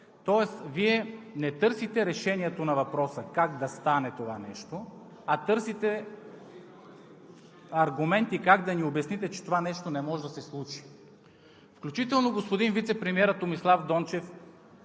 Тоест Вие не търсите решението на въпроса как да стане това нещо, а търсите аргументи как да ни обясните, че това нещо не може да се случи. Включително господин вицепремиерът Томислав Дончев